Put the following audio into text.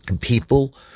People